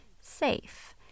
safe